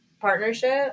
partnership